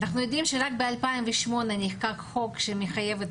אנחנו יודעים שרק ב-2008 נחקק חוק שמחייב את